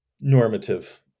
normative